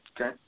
Okay